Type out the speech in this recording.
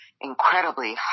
incredibly